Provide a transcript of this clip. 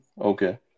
Okay